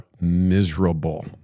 miserable